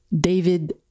David